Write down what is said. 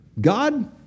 God